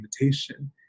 invitation